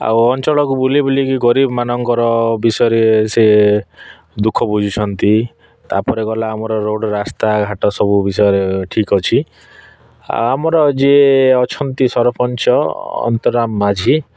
ଆଉ ଅଞ୍ଚଳକୁ ବୁଲି ବୁଲିକି ଗରିବମାନଙ୍କର ବିଷୟରେ ସେ ଦୁଃଖ ବୁଝୁଛନ୍ତି ତାପରେ ଗଲା ରୋଡ୍ ରାସ୍ତାଘାଟ ସବୁ ବିଷୟରେ ଠିକ୍ ଅଛି ଆମର ଯିଏ ଅଛନ୍ତି ସରପଞ୍ଚ ଅନ୍ତରା ମାଝି